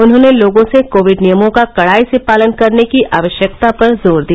उन्होंने लोगों से कोविड नियमों का कड़ाई से पालन करने की आवश्यकता पर जोर दिया